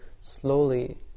slowly